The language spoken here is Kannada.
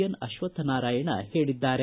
ಎನ್ ಅಶ್ವಕ್ಷನಾರಾಯಣ ಹೇಳಿದ್ದಾರೆ